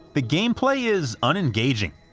the gameplay is unengaging.